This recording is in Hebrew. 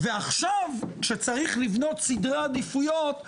ועכשיו כשצריך לבנות סדרי עדיפויות,